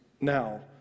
now